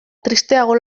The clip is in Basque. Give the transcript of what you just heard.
tristeago